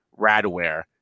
Radware